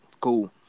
cool